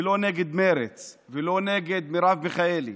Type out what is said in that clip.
ולא נגד מרצ ולא נגד מרב מיכאלי